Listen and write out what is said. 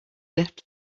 left